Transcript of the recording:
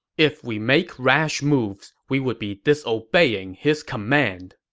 if we make rash moves, we would be disobeying his command.